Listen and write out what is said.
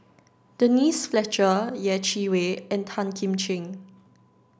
Denise Fletcher Yeh Chi Wei and Tan Kim Ching